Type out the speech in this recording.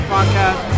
Podcast